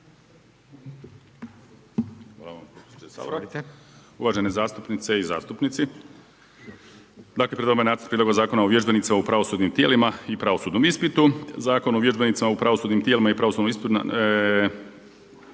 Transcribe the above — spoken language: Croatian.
Hvala vam potpredsjedniče Sabora. Uvažene zastupnice i zastupnici. Dakle pred vama je nacrt prijedloga Zakona o vježbenicima u pravosudnim tijelima i pravosudnom ispitu. Zakon o vježbenicima u pravosudnim tijelima i pravosudnom ispitu